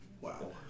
Wow